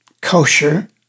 kosher